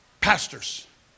pastors